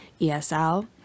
esl